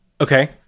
Okay